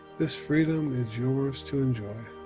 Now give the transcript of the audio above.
this freedom is yours to enjoy.